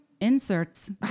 inserts